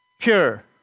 Pure